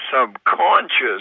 subconscious